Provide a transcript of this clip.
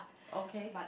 okay